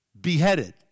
beheaded